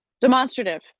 demonstrative